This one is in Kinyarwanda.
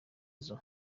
izo